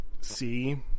see